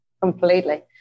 completely